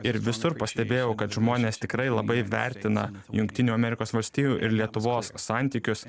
ir visur pastebėjau kad žmonės tikrai labai vertina jungtinių amerikos valstijų ir lietuvos santykius